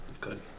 Good